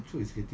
beli ah